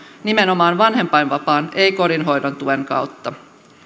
nimenomaan vanhempainvapaan ei kotihoidon tuen kautta